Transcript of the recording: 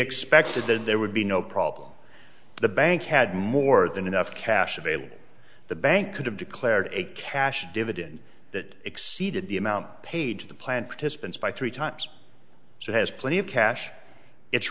expected that there would be no problem the bank had more than enough cash available the bank could have declared a cash dividend that exceeded the amount page the plan participants by three times so has plenty of cash it's